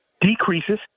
decreases